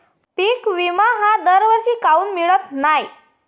पिका विमा हा दरवर्षी काऊन मिळत न्हाई?